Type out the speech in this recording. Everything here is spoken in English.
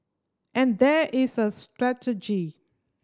and there is a strategy